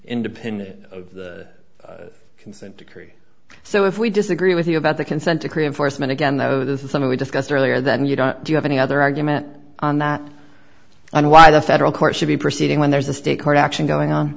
independent of the consent decree so if we disagree with you about the consent decree and force men again though this is something we discussed earlier than you don't do you have any other argument on that and why the federal court should be proceeding when there's a state court action going on